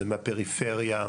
זה מהפריפריה.